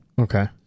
Okay